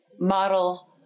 model